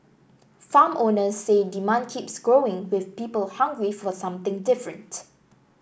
farm owners say demand keeps growing with people hungry for something different